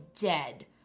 dead